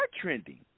trending